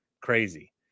Crazy